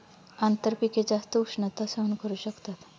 आंतरपिके जास्त उष्णता सहन करू शकतात